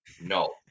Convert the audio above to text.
no